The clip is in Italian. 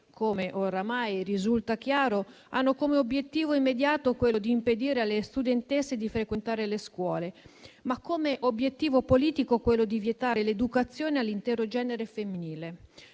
come oramai risulta chiaro, hanno come obiettivo immediato quello di impedire alle studentesse di frequentare le scuole, ma come obiettivo politico quello di vietare l'educazione all'intero genere femminile.